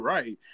Right